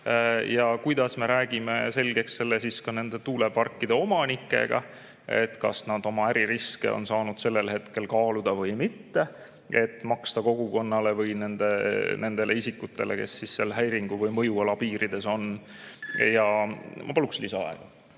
Ja kuidas me räägime selgeks selle ka nende tuuleparkide omanikega, kas nad on oma äririske saanud sellel hetkel kaaluda või mitte, et maksta kogukonnale või nendele isikutele, kes seal häiringu või mõjuala piirides on? Ma paluksin lisaaega,